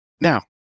now